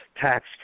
tax